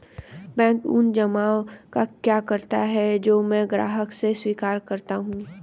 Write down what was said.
Bank उन जमाव का क्या करता है जो मैं ग्राहकों से स्वीकार करता हूँ?